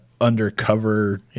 undercover